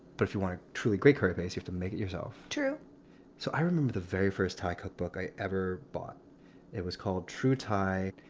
but, if you want to truly great curry base, you have to make it yourself true so i remember the very first thai cookbook i ever bought it was called true thai.